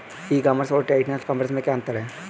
ई commerce और traditional commerce में क्या अंतर है?